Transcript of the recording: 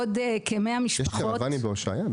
יש קרוואנים בהושעיה?